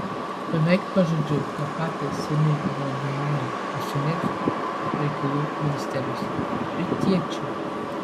beveik pažodžiui tą patį seniai įrodinėjo užsienio reikalų ministerijos rytiečiai